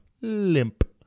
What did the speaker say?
limp